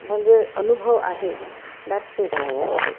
म्हणजे अनुभव आहे दॅट्स इट थँक्यू